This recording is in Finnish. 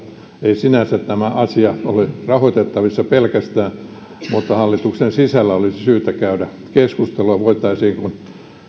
ei sinänsä tämä asia ole rahoitettavissa mutta hallituksen sisällä olisi syytä käydä keskustelua voitaisiinko sitä